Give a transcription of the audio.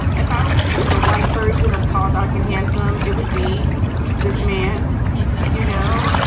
if i were to think of the white version of tall, dark and handsome, it would be this man. exactly. you know. yeah